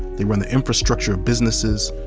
they run the infrastructure of businesses,